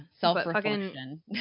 self-reflection